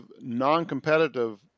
non-competitive